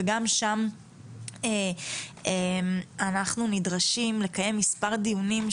וגם שם אנחנו נדרשים לקיים מספר דיונים,